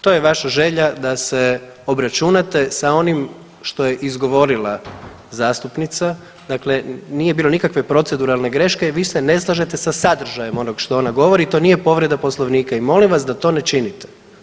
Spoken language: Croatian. To je vaša želja da se obračunate sa onim što je izgovorila zastupnica, dakle nije bilo nikakve proceduralne greške, vi se ne slažete sa sadržajem onoga što ona govori i to nije povreda poslovnika i molim vas da to ne činite.